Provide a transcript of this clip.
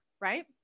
Right